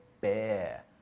bear